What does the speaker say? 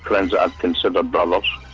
friends i considered but